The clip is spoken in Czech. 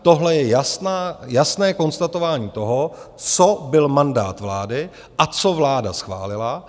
Tohle je jasné konstatování toho, co byl mandát vlády a co vláda schválila.